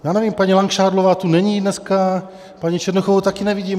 Já nevím, paní Langšádlová tu není dneska, paní Černochovou taky nevidím.